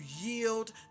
yield